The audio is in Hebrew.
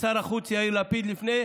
ושר החוץ יאיר לפיד לפני